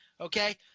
Okay